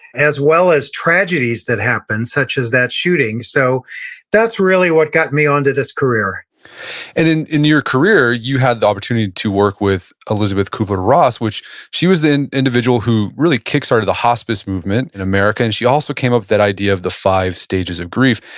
as well as tragedies that happen, such as that shooting. so that's really what got me onto this career and in in your career, you had the opportunity to work with elisabeth kubler-ross, which she was the individual who really kick-started the hospice movement in america, and she also came up with that idea of the five stages of grief.